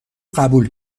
قبول